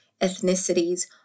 ethnicities